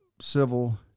civil